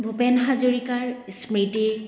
ভূপেন হাজৰিকাৰ স্মৃতি